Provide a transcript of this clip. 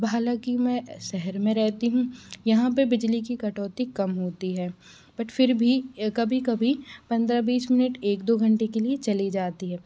अब हालाँकि मैं शहर में रहती हूँ यहाँ पर बिजली की कटौती कम होती है बट फिर भी कभी कभी पंद्रह बीस मिनट एक दो घंटे के लिए चली जाती है